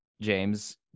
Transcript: James